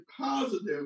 positive